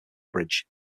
bridge